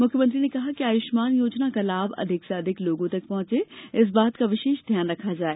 मुख्यमंत्री ने कहा कि आयुष्मान योजना का लाभ अधिक से अधिक लोगों तक पहुँचे इस बात का विशेष ध्यान रखा जाए